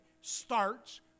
starts